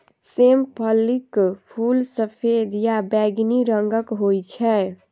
सेम फलीक फूल सफेद या बैंगनी रंगक होइ छै